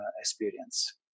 experience